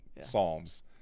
Psalms